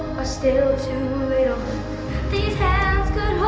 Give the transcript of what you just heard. still too little these hands